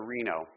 Reno